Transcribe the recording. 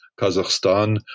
Kazakhstan